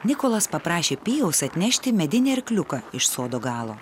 nikolas paprašė pijaus atnešti medinį arkliuką iš sodo galo